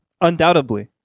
undoubtedly